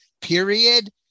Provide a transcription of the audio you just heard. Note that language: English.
period